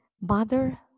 mother